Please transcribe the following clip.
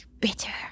bitter